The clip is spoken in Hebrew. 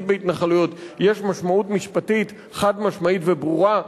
בהתנחלויות יש משמעות משפטית חד-משמעית וברורה.